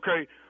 Okay